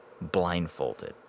blindfolded